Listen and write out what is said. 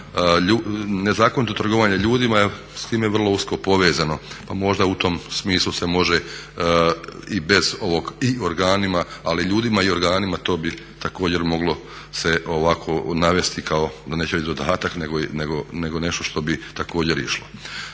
Nezakonito trgovanje ljudima s time je vrlo usko povezano pa možda u tom smislu se može i bez ovog i organima, ali ljudima i organima to bi također moglo se ovako navesti kao, neću reći dodatak nego nešto što bi također išlo.